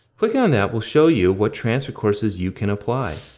clicking that will show you what transfer courses you can apply.